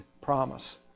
promise